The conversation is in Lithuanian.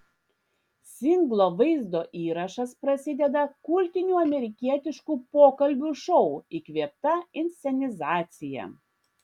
singlo vaizdo įrašas prasideda kultinių amerikietiškų pokalbių šou įkvėpta inscenizacija